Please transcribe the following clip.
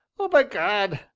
oh, by gad!